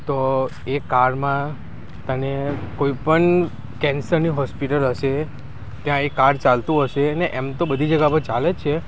તો એ કાર્ડમાં તને કોઈ પણ કેન્સરની હોસ્પિટલ હશે ત્યાં એ કાડ ચાલતું હશે ને એમ તો બધી જગ્યા પર ચાલે જ છે